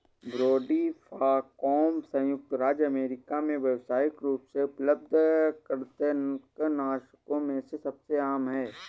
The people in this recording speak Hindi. ब्रोडीफाकौम संयुक्त राज्य अमेरिका में व्यावसायिक रूप से उपलब्ध कृंतकनाशकों में सबसे आम है